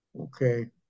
Okay